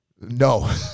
No